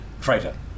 traitor